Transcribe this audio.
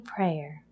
Prayer